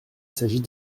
s’agit